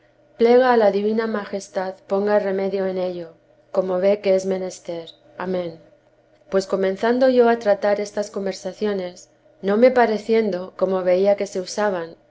a la divina majestad ponga remedio'en ello como ve que es menester amén pues comenzando yo a tratar estas conversaciones no me pareciendo como veía que se usaban